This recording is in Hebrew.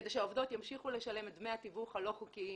כדי שהעובדות ימשיכו לשלם את דמי התיווך הלא חוקיים.